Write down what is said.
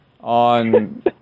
on